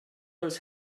always